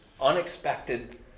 unexpected